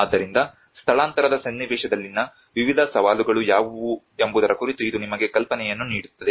ಆದ್ದರಿಂದ ಸ್ಥಳಾಂತರದ ಸನ್ನಿವೇಶದಲ್ಲಿನ ವಿವಿಧ ಸವಾಲುಗಳು ಯಾವುವು ಎಂಬುದರ ಕುರಿತು ಇದು ನಿಮಗೆ ಕಲ್ಪನೆಯನ್ನು ನೀಡುತ್ತದೆ